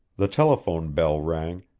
the telephone bell rang,